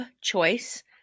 choice